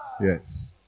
Yes